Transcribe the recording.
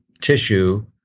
tissue